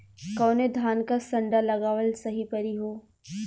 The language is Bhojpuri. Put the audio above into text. कवने धान क संन्डा लगावल सही परी हो?